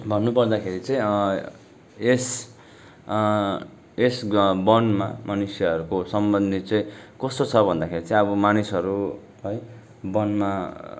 भन्नुपर्दाखेरि चाहिँ यस यस ग्रा वनमा मनुष्यहरूको सम्बन्ध चाहिँ कस्तो छ भन्दाखेरि चाहिँ अब मानिसहरू है वनमा